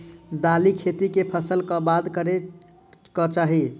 दालि खेती केँ फसल कऽ बाद करै कऽ चाहि?